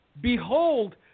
behold